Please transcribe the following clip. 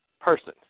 person